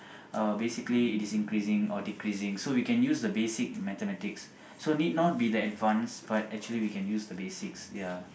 uh basically it is increasing or decreasing so we can use the basic mathematics so need not be the advanced but actually we can use the basics ya